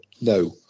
no